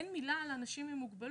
אבל אין מילה על אנשים עם מוגבלות.